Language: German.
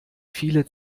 viele